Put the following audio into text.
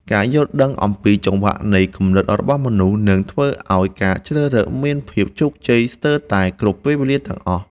ការយល់ដឹងអំពីចង្វាក់នៃគំនិតរបស់មនុស្សនឹងធ្វើឱ្យការជ្រើសរើសមានភាពជោគជ័យស្ទើរតែគ្រប់ពេលវេលាទាំងអស់។